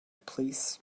plîs